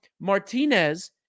Martinez